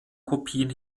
kopien